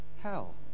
hell